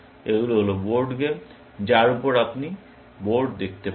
এগুলি হল board game যার উপর আপনি বোর্ড দেখতে পারেন